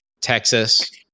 Texas